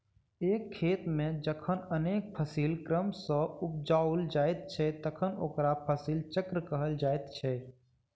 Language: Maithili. एक खेत मे जखन अनेक फसिल क्रम सॅ उपजाओल जाइत छै तखन ओकरा फसिल चक्र कहल जाइत छै